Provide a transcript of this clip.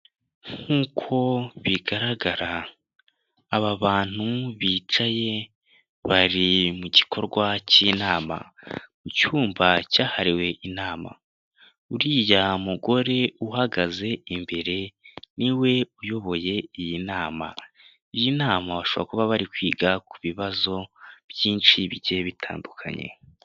Nkuko bigaragara aba bantu bicaye bari mu gikorwa cy'inama mu cyumba cyahariwe inama. Uriya mugore uhagaze imbere ni we uyoboye iyi nama bashobora kuba bari kwiga ku bibazo byinshi bigiye bitandukanye.